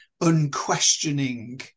unquestioning